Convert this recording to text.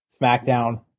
SmackDown